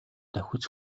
давхиж